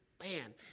man